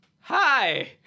hi